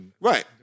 Right